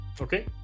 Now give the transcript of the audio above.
okay